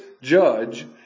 judge